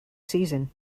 season